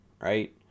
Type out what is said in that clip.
right